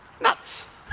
nuts